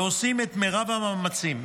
ועושים את מרב המאמצים,